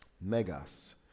megas